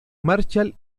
marshall